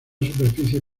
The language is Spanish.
superficie